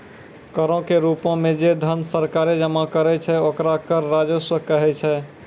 करो के रूपो मे जे धन सरकारें जमा करै छै ओकरा कर राजस्व कहै छै